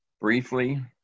briefly